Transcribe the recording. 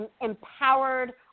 empowered